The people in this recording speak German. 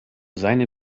seine